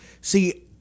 See